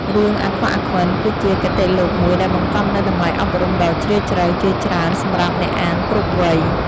រឿង «អាខ្វាក់ អាខ្វិន» គឺជាគតិលោកមួយដែលបង្កប់នូវតម្លៃអប់រំដ៏ជ្រាលជ្រៅជាច្រើនសម្រាប់អ្នកអានគ្រប់វ័យ។